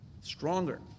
Stronger